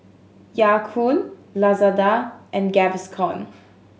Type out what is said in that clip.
Ya Kun Lazada and Gaviscon